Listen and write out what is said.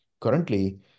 currently